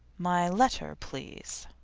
my letter, please.